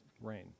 rain